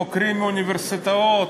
חוקרים מאוניברסיטאות,